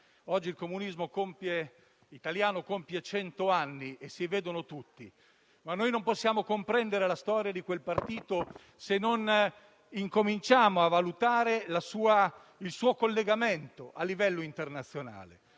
Oggi il comunismo italiano compie cento anni e si vedono tutti. Noi però non possiamo comprendere la storia di quel partito se non incominciamo a valutare il suo collegamento a livello internazionale.